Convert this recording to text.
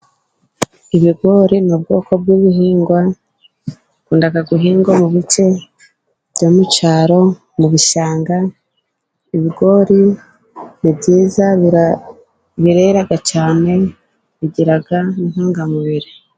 Ibigori ni ubwoko bw' ibihingwa bikunda guhingwa mu bice byo mucaro, mu bishanga ibigori ni byiza birera cyane bigira intungamubiri.